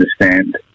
understand